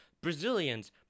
Brazilians